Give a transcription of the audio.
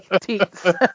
teeth